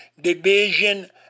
division